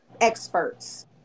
experts